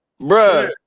Bro